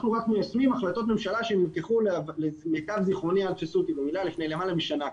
אנחנו רק מיישמים החלטות ממשלה שנלקחו למיטב זכרוני לפני למעלה משנה.